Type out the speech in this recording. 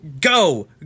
go